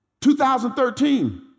2013